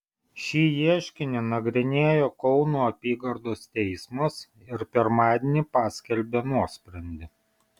šį ieškinį nagrinėjo kauno apygardos teismas ir pirmadienį paskelbė nuosprendį